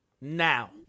Now